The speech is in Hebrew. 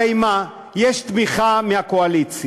הרי מה, יש תמיכה מהקואליציה,